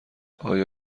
آیا